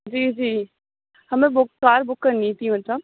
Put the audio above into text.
جی جی ہمیں book car book کرنی تھی مطلب